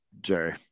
Jerry